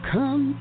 Come